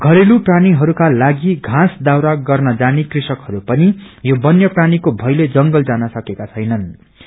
घरेलू प्राणीहस्का लागि घाँस वाउरा गर्न जाने कृषकहरू पनि यो वन्यप्राणिको भयले गल जान सकेका छैननृ